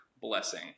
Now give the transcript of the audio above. blessing